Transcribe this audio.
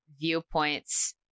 viewpoints